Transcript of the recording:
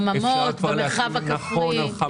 על חממות במרחב הכפרי.